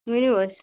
ؤنِو حَظ